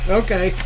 okay